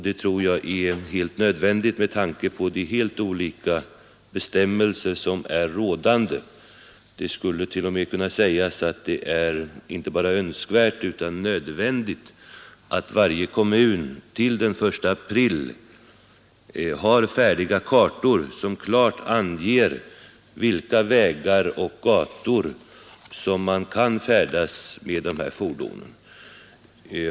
Det tror jag är nödvändigt med tanke på de helt olika bestämmelser som är gällande. Det skulle t.o.m. kunna sägas att det är inte bara önskvärt utan nödvändigt att varje kommun till den 1 april har färdiga kartor som klart anger vilka vägar och gator man kan färdas på med de här fordonen.